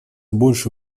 больше